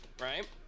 right